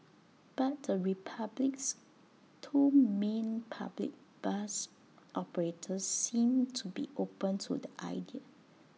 but the republic's two main public bus operators seem to be open to the idea